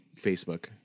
facebook